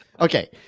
Okay